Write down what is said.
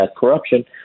corruption